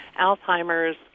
Alzheimer's